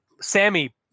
sammy